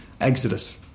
exodus